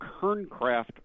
Kerncraft